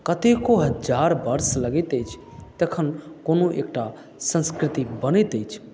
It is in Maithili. कतेको हजार वर्ष लगैत अछि तखन कोनो एकटा संस्कृति बनैत अछि